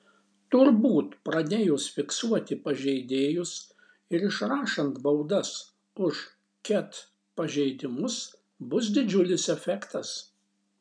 turbūt pradėjus fiksuoti pažeidėjus ir išrašant baudas už ket pažeidimus bus didžiulis efektas